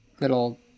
little